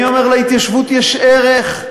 אני אומר: להתיישבות יש ערך.